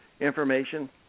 information